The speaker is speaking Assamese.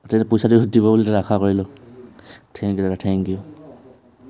তেতিয়া পইচাটো দিব বুলি দাদা আশা কৰিলোঁ থেংক ইউ দাদা থেংক ইউ